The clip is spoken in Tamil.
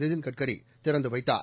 நிதின் கட்கரி திறந்து வைத்தார்